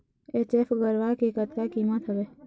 HF गरवा के कतका कीमत हवए?